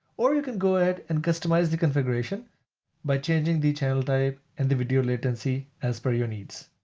or you can go ahead and customize the configuration by changing the channel type and the video latency as per your needs.